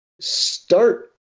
start